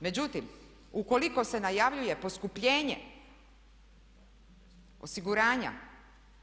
Međutim, ukoliko se najavljuje poskupljenje osiguranja